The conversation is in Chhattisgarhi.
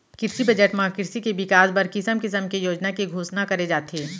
किरसी बजट म किरसी के बिकास बर किसम किसम के योजना के घोसना करे जाथे